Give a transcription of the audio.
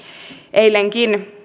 eilenkin